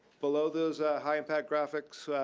below those high impact graphics,